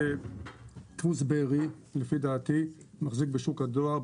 דפוס בארי לפי דעתי מחזיק בשוק הדואר,